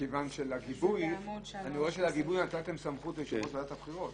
מכיוון שאני רואה שלגיבוי נתתם סמכות ליושב-ראש ועדת הבחירות